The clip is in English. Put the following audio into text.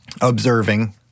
observing